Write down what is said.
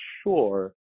sure